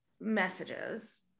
messages